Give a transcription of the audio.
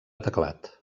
teclat